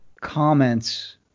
comments